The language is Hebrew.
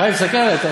חיים, תסתכל עלי.